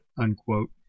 unquote